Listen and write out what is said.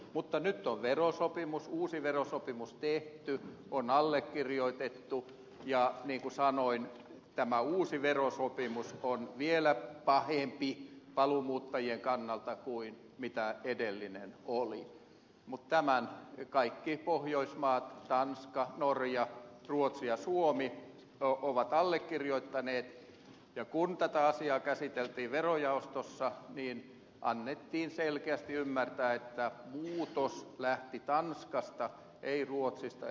mutta nyt on uusi verosopimus tehty on allekirjoitettu ja niin kuin sanoin tämä uusi verosopimus on vielä pahempi paluumuuttajien kannalta kuin edellinen oli mutta tämän kaikki pohjoismaat tanska norja ruotsi ja suomi ovat allekirjoittaneet ja kun tätä asiaa käsiteltiin verojaostossa annettiin selkeästi ymmärtää että muutos lähti tanskasta ei ruotsista eikä suomesta